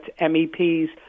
MEPs